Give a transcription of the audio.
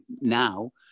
now